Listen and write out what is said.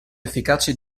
efficace